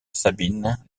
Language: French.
sabine